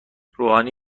روحانی